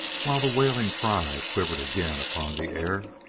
while the wailing cry quivered again upon the air,